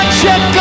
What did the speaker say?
check